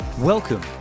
Welcome